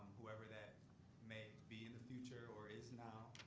whoever that may be in the future, or is now.